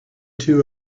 two